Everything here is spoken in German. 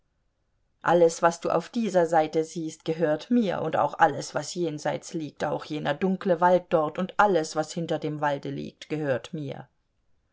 alles was du auf dieser seite siehst gehört mir und auch alles was jenseits liegt auch jener dunkle wald dort und alles was hinter dem walde liegt gehört mir